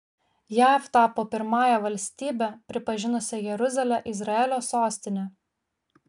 jav tapo pirmąja valstybe pripažinusia jeruzalę izraelio sostine